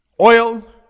oil